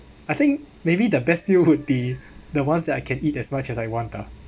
I think maybe the best meal would be the ones that I can eat as much as I want ah